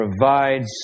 provides